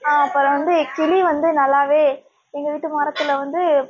அப்புறம் வந்து கிளி வந்து நல்லா எங்கள் வீட்டு மரத்தில் வந்து